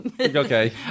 Okay